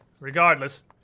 Regardless